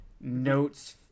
notes